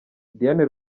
diane